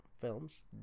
films